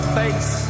face